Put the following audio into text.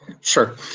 Sure